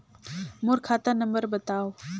मोर खाता नम्बर बताव?